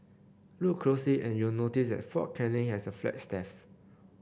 look closely and you'll notice that Fort Canning has a flagstaff